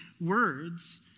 words